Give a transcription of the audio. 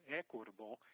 equitable